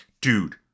Dude